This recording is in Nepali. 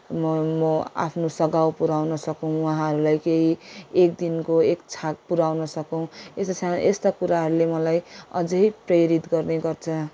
म म आफ्नो सघाउ पुर्याउन सकौँ उहाँहरूलाई केही एक दिनको एक छाक पुर्याउन सकौँ यस्ता साना यस्ता कुराहरूले मलाई अझै प्रेरित गर्नेगर्छ